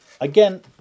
Again